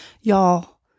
y'all